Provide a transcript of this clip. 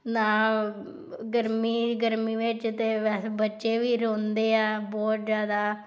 ਨਾ ਗਰਮੀ ਗਰਮੀ ਵਿੱਚ ਤਾਂ ਵੈਸੇ ਬੱਚੇ ਵੀ ਰੋਂਦੇ ਆ ਬਹੁਤ ਜ਼ਿਆਦਾ